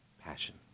passion